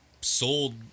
sold